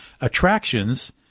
attractions